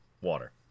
water